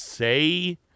Say